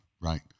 right